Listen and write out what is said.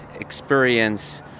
experience